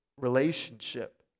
relationship